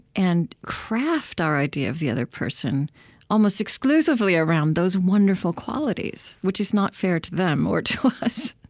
and craft our idea of the other person almost exclusively around those wonderful qualities, which is not fair to them or to us.